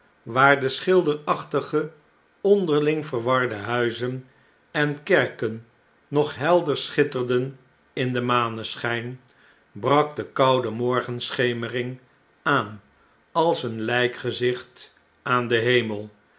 waar de schilderachtige onderling verwarde huizen en kerken nog helder schitterden in den maneschijn brak de koude morgenschemering aan als een lijkgezicht a n den hemel